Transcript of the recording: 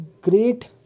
great